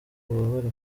ububabare